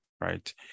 right